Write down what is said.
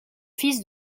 fils